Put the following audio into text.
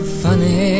funny